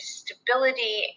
stability